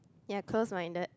ya close minded